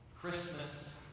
Christmas